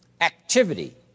Activity